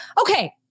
Okay